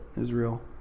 Israel